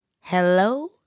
Hello